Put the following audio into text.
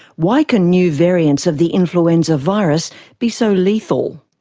why can new variants of the influenza virus be so lethal?